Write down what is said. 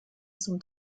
zum